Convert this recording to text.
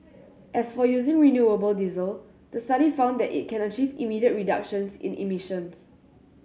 as for using renewable diesel the study found that it can achieve immediate reductions in emissions